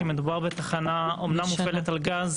כי מדובר בתחנה שאמנם מופעלת על גז